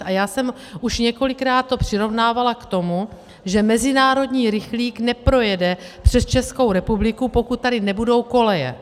A já jsem to už několikrát přirovnávala k tomu, že mezinárodní rychlík neprojede přes Českou republiku, pokud tady nebudou koleje.